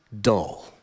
dull